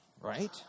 right